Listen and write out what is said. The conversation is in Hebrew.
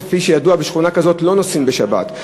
כפי שידוע בשכונה כזאת לא נוסעים בשבת.